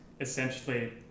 essentially